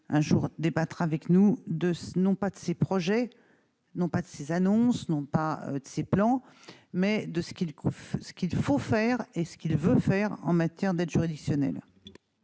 un jour à débattre avec nous de ce non pas de ces projets n'ont pas de ces annonces n'ont pas de ces plans, mais de ce qu'il croit ce qu'il faut faire et ce qu'il veut faire en matière d'aide juridictionnelle.